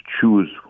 choose